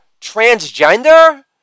transgender